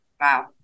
Wow